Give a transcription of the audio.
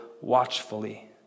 watchfully